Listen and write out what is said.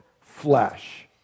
flesh